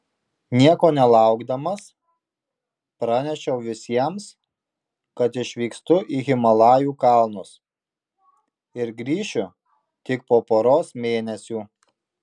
nieko nelaukdamas pranešiau visiems kad išvykstu į himalajų kalnus ir grįšiu tik po poros mėnesių